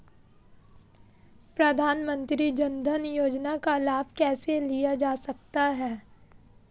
प्रधानमंत्री जनधन योजना का लाभ कैसे लिया जा सकता है?